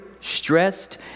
stressed